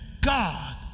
God